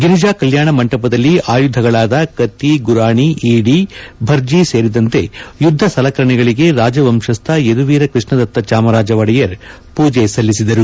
ಗಿರಿಜಾ ಕಲ್ಯಾಣ ಮಂಟಪದಲ್ಲಿ ಆಯುಧಗಳಾದ ಕತ್ತಿ ಗುರಾಣಿ ಈಡಿ ಭರ್ಜಿ ಸೇರಿದಂತೆ ಯುದ್ಧ ಸಲಕರಣೆಗಳಿಗೆ ರಾಜವಂಶಸ್ಥ ಯದುವೀರ್ ಕೃಷ್ಣದತ್ತ ಚಾಮರಾಜ ಒಡೆಯರ್ ಪೂಜೆ ಸಲ್ಲಿಸಿದರು